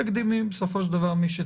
זאת אומרת, סוג של בידוד מניעתי --- נכון.